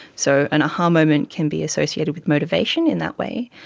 so an a-ha moment can be associated with motivation in that way.